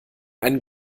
einen